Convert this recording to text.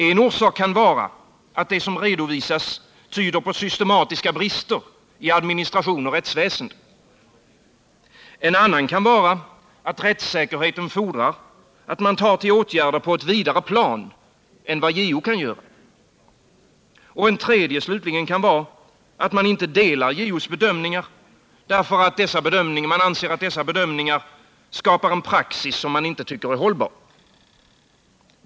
En orsak kan vara att det som redovisas tyder på systematiska brister i administration och rättsväsende. En annan kan vara att rättssäkerheten fordrar att man tar till åtgärder på ett vidare plan än JO kan göra. En tredje slutligen kan vara att man inte delar JO:s bedömningar, därför att dessa bedömningar skapar en praxis som man inte tycker är hållbar.